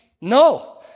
No